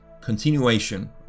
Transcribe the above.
continuation